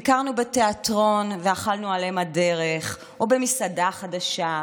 ביקרנו בתיאטרון ואכלנו על אם הדרך או במסעדה חדשה,